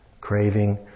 craving